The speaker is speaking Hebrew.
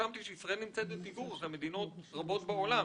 התרשמתי שישראל נמצאת בפיגור אחרי מדינות רבות בעולם,